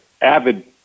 avid